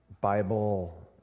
Bible